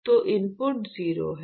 तो इनपुट 0 है